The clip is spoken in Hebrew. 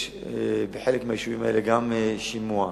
בחלק מהיישובים האלה יש שימועים